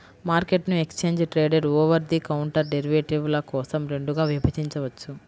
మార్కెట్ను exchange traded, over the counter డెరివేటివ్ల కోసం రెండుగా విభజించవచ్చు